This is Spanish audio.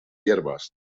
hierbas